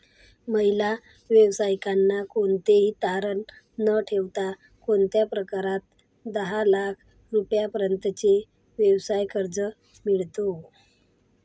महिला व्यावसायिकांना कोणतेही तारण न ठेवता कोणत्या प्रकारात दहा लाख रुपयांपर्यंतचे व्यवसाय कर्ज मिळतो?